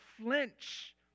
flinch